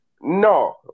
no